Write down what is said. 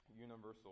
universal